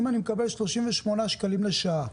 אם אני מקבל 38 שקלים לשעה,